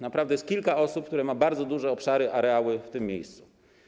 Naprawdę jest kilka osób, które mają bardzo duże obszary, areały w tym miejscu.